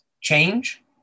change